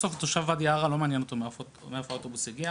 בסוף תושב ואדי ערה לא מעניין אותו מאיפה האוטובוס הגיע,